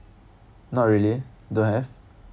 not really don't have